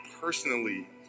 personally